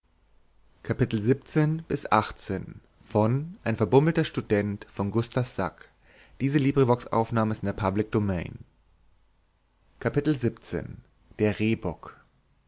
ein verbummelter student